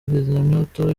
kizimyamoto